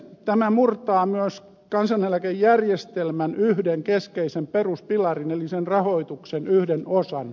tämä murtaa myös kansaneläkejärjestelmän yhden keskeisen peruspilarin eli sen rahoituksen yhden osan